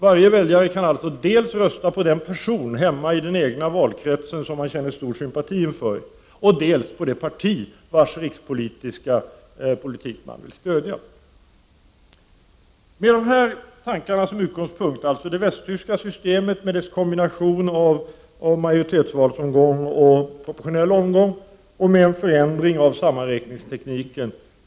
Varje väljare kan rösta dels på den person hemma i den egna valkretsen som han känner stor sympati för, dels på det parti vars rikspolitiska inriktning han vill stödja. Jag vill här alltså framhålla det västtyska systemet med dess kombination av majoritetsvalsomgång och proportionell omgång. Jag vill också tala för en förändring av sammanräkningstekniken.